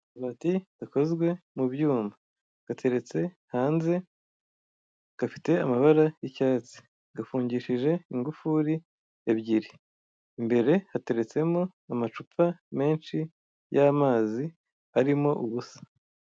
Akabati gakozwe mu byuma, gateretse hanze gafite amabara y'icyatsi gafungishije ingufuri ebyiri. Imbere hateretsemo amacupa menshi iy'amazi arimo ubusa.